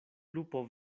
lupo